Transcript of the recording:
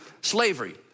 slavery